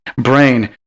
brain